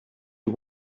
you